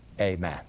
Amen